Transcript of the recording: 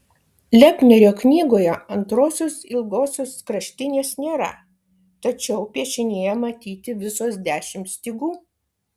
lepnerio knygoje antrosios ilgosios kraštinės nėra tačiau piešinyje matyti visos dešimt stygų